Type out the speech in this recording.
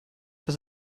das